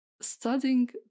Studying